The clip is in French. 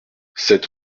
sept